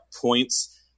points